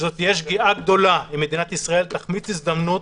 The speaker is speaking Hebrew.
שזאת תהיה שגיאה גדולה אם מדינת ישראל תחמיץ הזדמנות